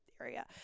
area